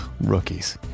rookies